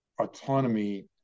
autonomy